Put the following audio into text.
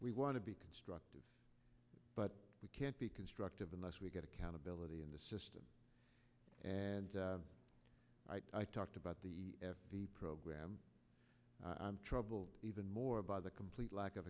we want to be constructive but we can't be constructive unless we get accountability in the system and i talked about the program i'm troubled even more by the complete lack of